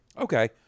okay